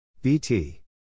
BT